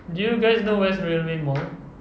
do you guys know where's railway mall